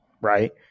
right